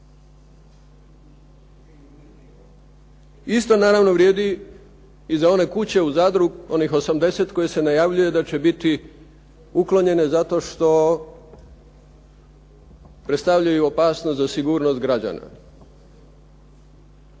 Isto naravno vrijedi i za one kuće u Zadru, onih 80 koji se najavljuje da će biti uklonjene zato što predstavljaju opasnost za sigurnost građana.